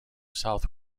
south